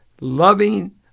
loving